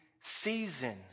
season